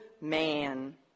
man